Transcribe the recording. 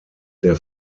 der